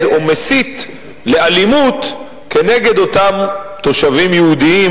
או מסית לאלימות כנגד אותם תושבים יהודים,